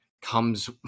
comes